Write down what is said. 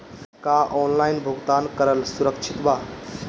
का ऑनलाइन भुगतान करल सुरक्षित बा?